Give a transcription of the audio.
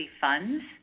funds